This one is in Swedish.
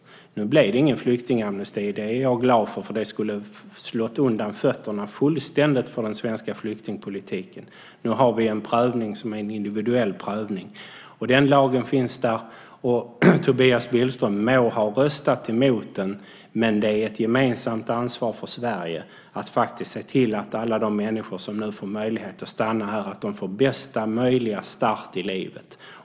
Nu blev det ingen flyktingamnesti. Det är jag glad för. Det skulle fullständigt ha slagit undan fötterna på den svenska flyktingpolitiken. Nu har vi en prövning som är individuell. Den lagen finns där. Tobias Billström må ha röstat emot den, men det är ett gemensamt ansvar för Sverige att se till att alla de människor som nu får möjlighet att stanna här får bästa möjliga start i livet.